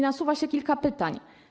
Nasuwa się kilka pytań.